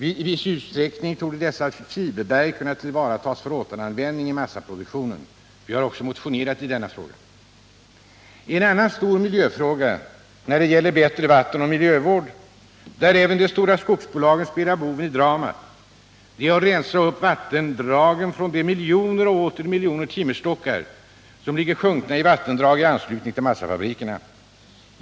I viss utsträckning kan dessa fiberberg tillvaratas för återanvändning i massaprouktionen. Vi har motionerat i denna fråga. En annan stor miljöfråga då det gäller bättre vattenoch miljövård — även där spelar de stora skogsbolagen boven i dramat — är att rensa upp vattendragen från miljoner och åter miljoner timmerstockar som ligger sjunkna i vattendrag i anslutning till massafabriker.